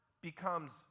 becomes